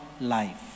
life